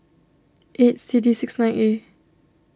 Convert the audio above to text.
eight C D six nine A